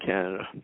Canada